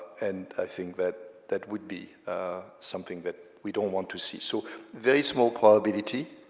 and i think that that would be something that we don't want to see, so very small probability,